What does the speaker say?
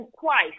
twice